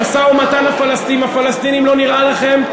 המשא-ומתן עם הפלסטינים לא נראה לכם,